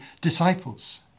disciples